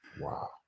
wow